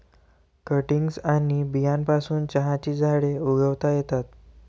cuttings आणि बियांपासून चहाची झाडे उगवता येतात